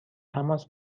تماس